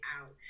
out